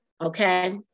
Okay